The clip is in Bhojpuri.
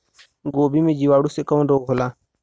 गोभी में जीवाणु से कवन रोग होला?